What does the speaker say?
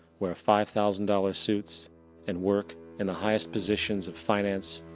wear five thousand dollar suits and work in the highest positions of finance,